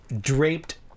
draped